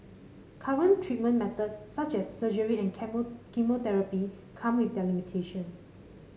current treatment methods such as surgery and chemotherapy come with their limitations